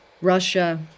Russia